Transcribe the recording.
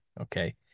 Okay